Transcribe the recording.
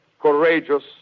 courageous